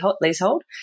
Leasehold